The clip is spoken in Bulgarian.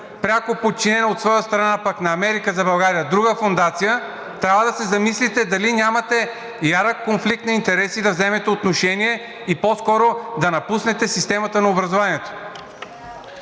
пряко подчинена от своя страна пък на „Америка за България“ – друга фондация, трябва да се замислите дали нямате ярък конфликт на интереси да вземете отношение и по-скоро да напуснете системата на образованието.